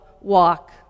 walk